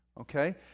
okay